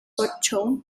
ocho